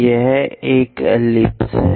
यह एक एलिप्स है